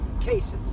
Cases